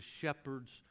shepherd's